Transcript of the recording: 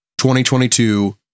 2022